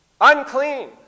unclean